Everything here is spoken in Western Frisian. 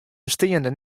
besteande